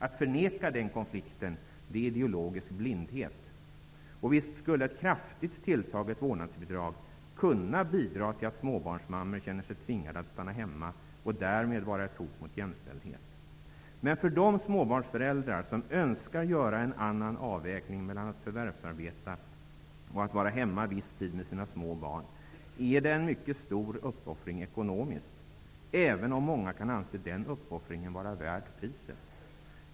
Att förneka den konflikten är ideologisk blindhet. Visst skulle ett kraftigt tilltaget vårdnadsbidrag kunna bidra till att småbarnsmammor känner sig tvingade att stanna hemma och därmed vara ett hot mot jämställdhet. Men för de småbarnsföräldrar som önskar göra en annan avvägning mellan att förvärvsarbeta och vara hemma en viss tid med sina små barn är det en mycket stor uppoffring ekonomiskt, även om många anser den uppoffringen vara värd priset.